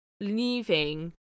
leaving